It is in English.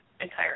entire